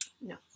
No